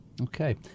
Okay